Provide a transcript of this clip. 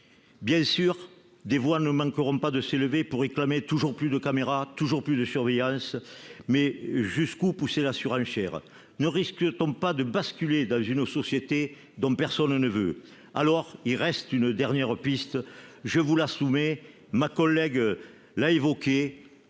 Bien sûr, des voix ne manqueront pas de s'élever pour réclamer toujours plus de caméras, toujours plus de surveillance. Mais jusqu'où pousser la surenchère ? Ne risque-t-on pas de basculer dans une société dont personne ne veut ? Alors, il reste une dernière piste, que ma collègue a évoquée.